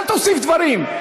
אל תוסיף דברים.